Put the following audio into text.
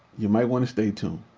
you might wanna stay tuned.